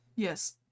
Yes